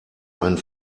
einen